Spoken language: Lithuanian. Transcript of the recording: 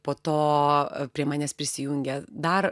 po to prie manęs prisijungė dar